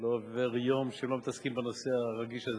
לא עובר יום שהם לא מתעסקים בנושא הרגיש הזה.